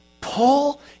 Paul